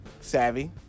savvy